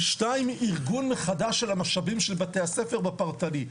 ושתיים ארגון מחדש של המשאבים של בתי-הספר בפרטני.